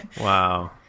Wow